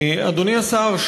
אדוני השר,